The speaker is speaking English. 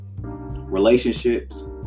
relationships